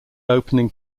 opening